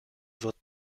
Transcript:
wird